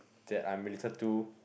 that I'm related to